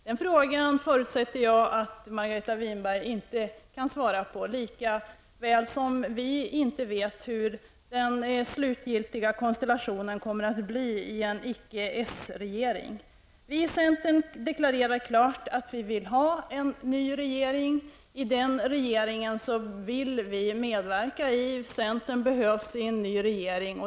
Den frågan förutsätter jag att Margareta Winberg inte kan svara på, likaväl som vi i centerpartiet inte vet hur den slutgiltiga konstellationen kommer att bli i en icke s-regering. Vi i centern deklarerar klart att vi vill ha en ny regering. Vi vill medverka i den regeringen. Centern behövs i en ny regering.